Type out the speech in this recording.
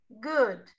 Good